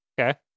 Okay